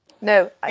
No